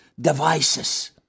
devices